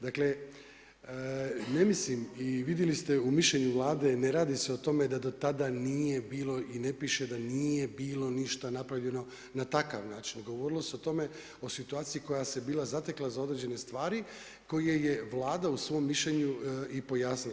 Dakle, ne mislim i vidjeli ste u mišljenju Vlade, ne radi se o tome da do tada nije bilo i ne piše da nije bilo ništa napravljeno na takav način, govorilo se o tome o situaciji koja se bila zatekla za određene stvari, koju je Vlada u svom mišljenju i pojasnila.